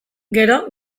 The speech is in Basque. gero